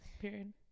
Period